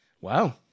Wow